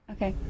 Okay